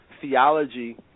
theology